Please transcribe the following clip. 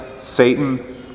Satan